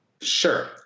Sure